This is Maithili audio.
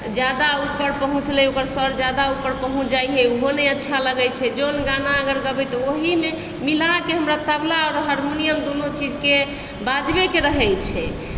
अगर जादा उपर पहुँचलै ओकर स्वर जादा उपर पहुँच जाइत हइ ओहो नहि अच्छा लगै छै जोन गाना अगर गेबै तऽ ओहिमे मिलाके हमरा तबला हारमुनियम दुनू चीजकेँ बजाबै कऽ रहै छै